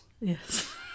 Yes